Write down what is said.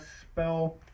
spell